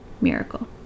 miracle